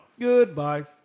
Goodbye